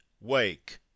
wake